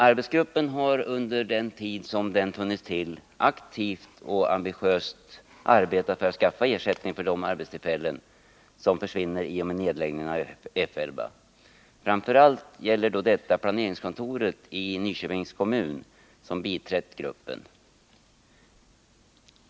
Arbetsgruppen har under den tid den funnits aktivt och ambitiöst arbetat för att skaffa ersättning för de arbetstillfällen som försvinner i och med nedläggningen av F 11. Framför allt gäller då detta planeringskontoret i Nyköpings kommun, som biträtt gruppen.